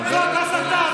זאת הסתה.